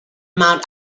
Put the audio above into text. mount